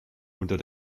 unter